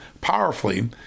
powerfully